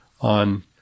on